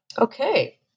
Okay